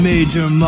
Major